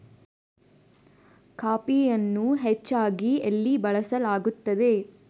ಕಾಫಿಯನ್ನು ಹೆಚ್ಚಾಗಿ ಎಲ್ಲಿ ಬೆಳಸಲಾಗುತ್ತದೆ?